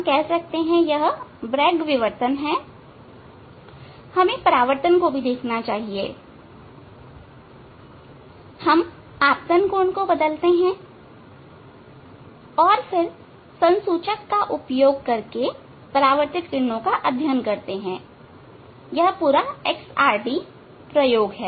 हम कह सकते हैं कि यह ब्रेग विवर्तन हैहमें परावर्तन को भी देखना चाहिएहम आपतन कोण को बदलते हैं और फिर संसूचक् का उपयोग करके परावर्तित किरणों का अध्ययन करते हैं और यह एक्स आर डी प्रयोग है